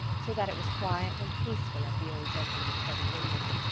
so that it was quiet and peaceful at the old gentleman's study window.